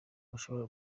bashobora